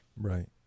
Right